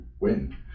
win